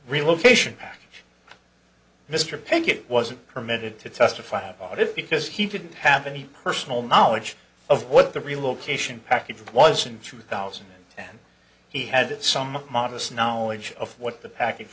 relocation package mr pickett wasn't permitted to testify about it because he didn't have any personal knowledge of what the relocation package was in two thousand and ten he had some modest knowledge of what the package